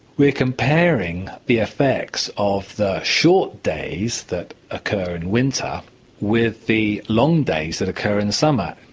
we're comparing the effects of the short days that occur in winter with the long days that occur in the summer.